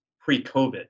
pre-COVID